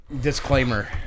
Disclaimer